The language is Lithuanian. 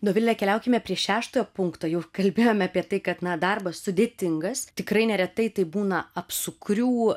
dovile keliaukime prie šeštojo punkto jau kalbėjom apie tai kad na darbas sudėtingas tikrai neretai tai būna apsukrių